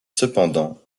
cependant